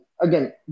again